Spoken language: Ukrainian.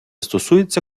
стосується